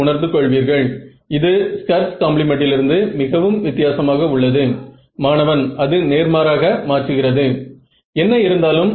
உங்களுடைய CEM பாடத்தை பற்றி உங்களுக்கு சிறிது தெரியும்